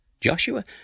Joshua